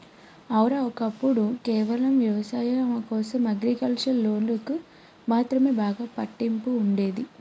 ఔర, ఒక్కప్పుడు కేవలం వ్యవసాయం కోసం అగ్రికల్చర్ లోన్లకు మాత్రమే బాగా పట్టింపు ఉండేది